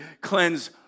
cleanse